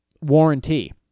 warranty